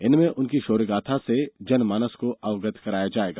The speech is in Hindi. इनमें उनकी शौर्यगाथा से जनमानस को अवगत करवाया जाएगा